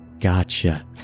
gotcha